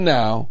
now